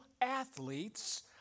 athletes